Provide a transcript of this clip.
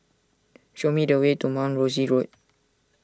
show me the way to Mount Rosie Road